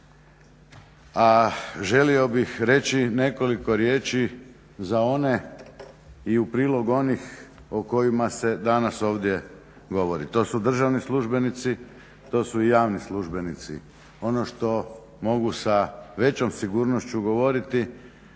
a želio bih reći nekoliko riječi za one i u prilog onih o kojima se danas ovdje govori. To su državni službenici, to su i javni službenici. Ono što mogu sa većom sigurnošću govoriti